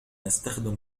أستخدم